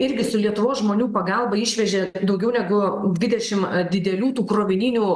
irgi su lietuvos žmonių pagalba išvežė daugiau negu dvidešim didelių tų krovininių